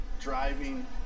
driving